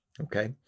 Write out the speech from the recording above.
Okay